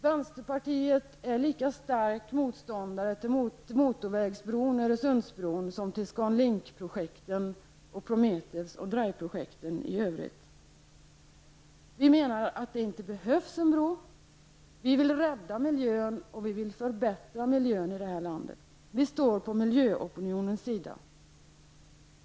Vänsterpartiet är lika stark motståndare till motorvägsbron, Öresundsbron, som till ScanLink-projekten, Prometheus och Driveprojekten i övrigt. Vi menar att det inte behövs någon bro. Vi vill rädda miljön, och vi vill förbättra miljön i det här landet. Vi står på miljöopinionens sida.